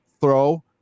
throw